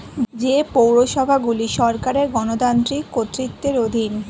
যে পৌরসভাগুলি সরকারের গণতান্ত্রিক কর্তৃত্বের অধীন